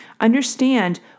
Understand